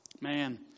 Man